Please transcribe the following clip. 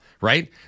Right